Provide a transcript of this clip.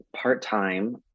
part-time